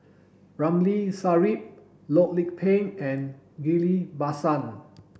Ramli Sarip Loh Lik Peng and Ghillie Basan